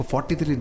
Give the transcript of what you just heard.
43